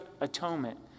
Atonement